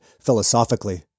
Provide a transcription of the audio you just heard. philosophically